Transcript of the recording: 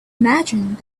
imagined